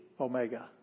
Omega